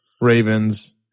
Ravens